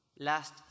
last